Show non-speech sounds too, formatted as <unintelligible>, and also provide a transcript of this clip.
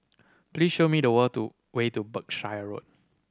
please show me the <unintelligible> way to Berkshire Road